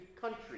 country